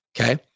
okay